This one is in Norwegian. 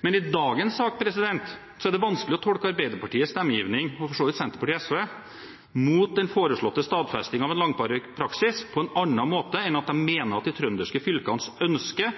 Men i dagens sak er det vanskelig å tolke Arbeiderpartiets stemmegivning, og for så vidt Senterpartiet og SVs, mot den foreslåtte stadfestingen av en langvarig praksis på annen måte enn at de mener at de trønderske fylkenes ønske